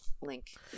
link